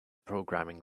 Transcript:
programming